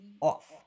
off